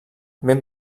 ben